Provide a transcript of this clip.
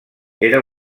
era